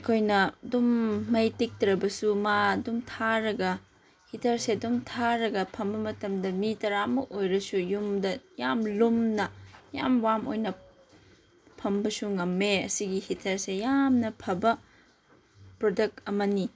ꯑꯩꯈꯣꯏꯅ ꯑꯗꯨꯝ ꯃꯩ ꯇꯤꯛꯇ꯭ꯔꯕꯁꯨ ꯃꯥ ꯑꯗꯨꯝ ꯊꯥꯔꯒ ꯍꯤꯇꯔꯁꯦ ꯑꯗꯨꯝ ꯊꯥꯔꯒ ꯊꯝꯕ ꯃꯇꯝꯗ ꯃꯤ ꯇꯔꯥꯃꯨꯀ ꯑꯣꯏꯔꯁꯨ ꯌꯨꯝꯗ ꯌꯥꯝ ꯂꯨꯝꯅ ꯌꯥꯝ ꯋꯥꯝ ꯑꯣꯏꯅ ꯐꯝꯕꯁꯨ ꯉꯝꯃꯦ ꯑꯁꯤꯒꯤ ꯍꯤꯇꯔꯁꯦ ꯌꯥꯝꯅ ꯐꯕ ꯄ꯭ꯔꯗꯛ ꯑꯃꯅꯤ